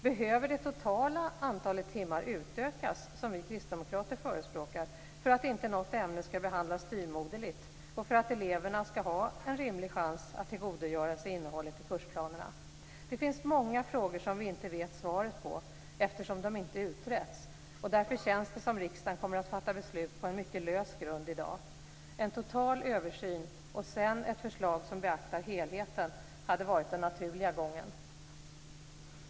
Behöver det totala antalet timmar utökas, som vi kristdemokrater förespråkar, för att inte något ämne skall behandlas styvmoderligt och för att eleverna skall ha en rimlig chans att tillgodogöra sig innehållet i kursplanerna? Det finns många frågor som vi inte vet svaret på eftersom de inte utretts. Därför känns det som riksdagen kommer att fatta beslut på en mycket lös grund i dag. En total översyn och sedan ett förslag där helheten beaktas hade varit den naturliga gången.